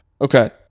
Okay